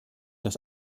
dass